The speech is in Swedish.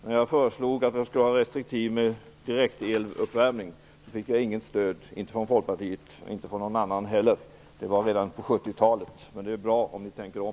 När jag föreslog att man skall vara restriktiv med direkteluppvärmning fick jag inget stöd - inte från Folkpartiet, och inte från någon annan heller. Det var redan på 70-talet. Men det är bra om ni tänker om.